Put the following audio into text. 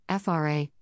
FRA